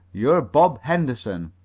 you're bob henderson.